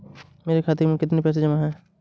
मेरे खाता में कितनी पैसे जमा हैं?